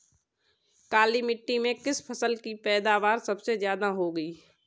काली मिट्टी में किस फसल की पैदावार सबसे ज्यादा होगी?